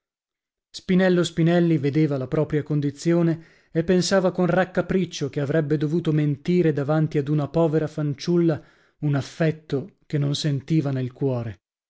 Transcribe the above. spinello spinelli vedeva la propria condizione e pensava con raccapriccio che avrebbe dovuto mentire davanti ad una povera fanciulla un affetto che non sentiva nel cuore